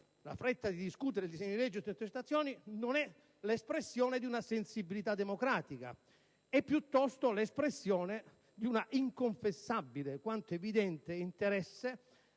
La fretta di discutere il disegno di legge sulle intercettazioni non è espressione di una sensibilità democratica. È piuttosto l'espressione di un inconfessabile quanto evidente interesse